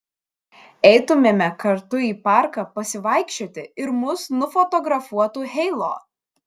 eitumėme kartu į parką pasivaikščioti ir mus nufotografuotų heilo